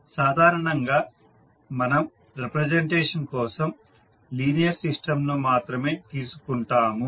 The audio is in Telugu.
సాధారణంగా మనం రిప్రజెంటేషన్ కోసం లీనియర్ సిస్టంను మాత్రమే తీసుకుంటాము